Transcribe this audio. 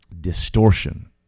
distortion